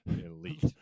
elite